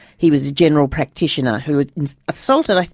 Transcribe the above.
he was a general practitioner who assaulted,